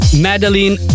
Madeline